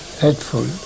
hateful